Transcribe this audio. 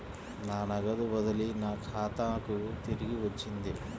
నా నగదు బదిలీ నా ఖాతాకు తిరిగి వచ్చింది